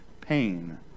pain